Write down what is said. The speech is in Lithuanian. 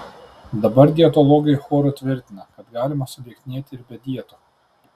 dabar dietologai choru tvirtina kad galima sulieknėti ir be dietų